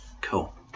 cool